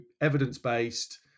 evidence-based